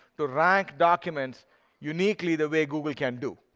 to rank documents uniquely the way google can do.